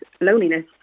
loneliness